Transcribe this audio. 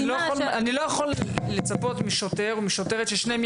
אני לא יכול לצפות משוטר או משוטרת שלשניהם